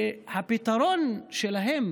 שהפתרון שלהם